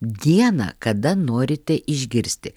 dieną kada norite išgirsti